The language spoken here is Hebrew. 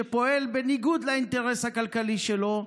שפועל בניגוד לאינטרס הכלכלי שלו,